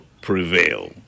prevail